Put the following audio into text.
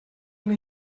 una